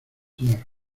amor